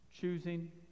Choosing